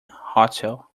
hotel